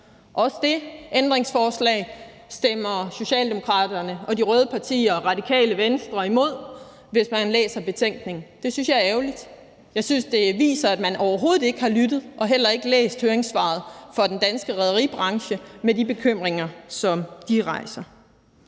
Også det ændringsforslag stemmer Socialdemokraterne og de røde partier og Radikale Venstre ifølge betænkningen imod. Det synes jeg er ærgerligt, og jeg synes, det viser, at man overhovedet ikke har lyttet til og heller ikke læst høringssvaret fra den danske rederibranche med de bekymringer, som de rejser.